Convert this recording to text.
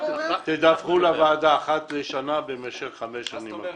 --- תדווחו לוועדה אחת לשנה במשך חמש השנים הקרובות.